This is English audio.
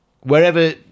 wherever